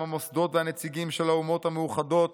המוסדות והנציגים של האומות המאוחדות